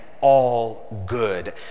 all-good